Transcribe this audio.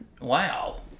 Wow